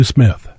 Smith